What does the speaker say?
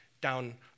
down